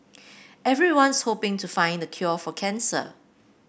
everyone's hoping to find the cure for cancer